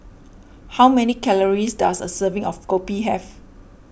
how many calories does a serving of Kopi have